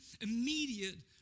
immediate